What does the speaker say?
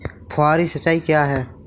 फुहारी सिंचाई क्या है?